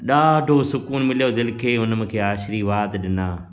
ॾाढो सुक़ून मिलियो दिलि खे उन मूंखे आशीर्वाद ॾिना